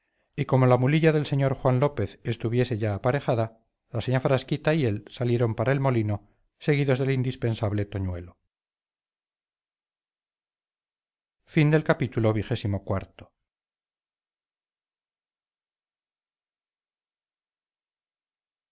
y como la mulilla del señor juan lópez estuviese ya aparejada la señá frasquita y él salieron para el molino seguidos del indispensable toñuelo